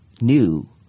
new